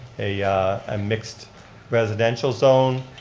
a ah mixed residential zone,